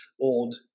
old